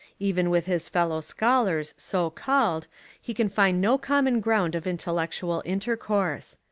even with his fellow scholars so-called he can find no common ground of intellectual intercourse.